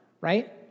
right